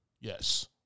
Yes